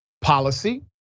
policy